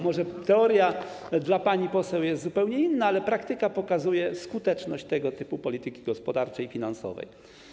Może dla pani poseł teoria jest zupełnie inna, ale praktyka pokazuje skuteczność tego typu polityki gospodarczej i finansowej.